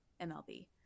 mlb